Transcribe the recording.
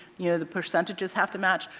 you know, the percentages have to match,